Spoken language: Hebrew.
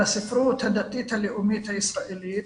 לספרות הדתית הלאומית הישראלית.